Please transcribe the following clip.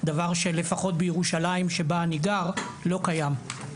דבר שלפחות בירושלים שבה אני גר לא קיים.